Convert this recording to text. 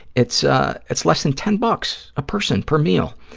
it's ah it's less than ten bucks a person per meal,